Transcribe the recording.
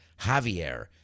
Javier